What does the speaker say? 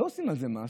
לא עושים על זה מס.